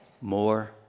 More